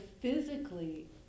physically